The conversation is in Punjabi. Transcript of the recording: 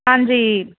ਹਾਂਜੀ